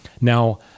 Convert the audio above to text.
Now